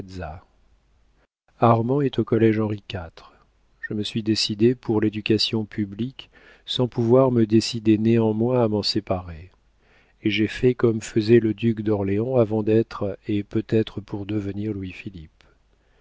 armand est au collége henri iv je me suis décidée pour l'éducation publique sans pouvoir me décider néanmoins à m'en séparer et j'ai fait comme faisait le duc d'orléans avant d'être et peut-être pour devenir louis-philippe